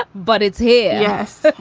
but but it's here. yes.